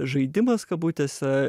žaidimas kabutėse